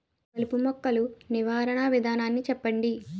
కలుపు మొక్కలు నివారణ విధానాన్ని చెప్పండి?